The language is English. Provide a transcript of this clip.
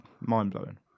mind-blowing